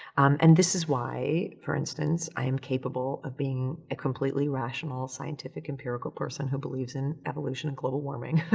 and this is why, for instance, i'm capable of being a completely rational, scientific, empirical person who believes in evolution and global warming